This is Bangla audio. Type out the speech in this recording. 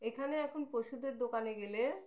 এখানে এখন পশুদের দোকানে গেলে